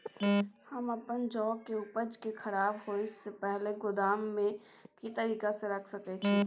हम अपन जौ के उपज के खराब होय सो पहिले गोदाम में के तरीका से रैख सके छी?